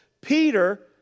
Peter